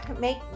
make